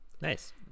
nice